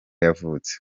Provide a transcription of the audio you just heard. yavutse